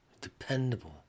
dependable